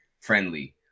friendly